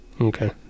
Okay